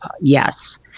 yes